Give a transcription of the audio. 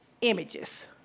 images